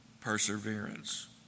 perseverance